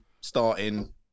Starting